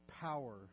power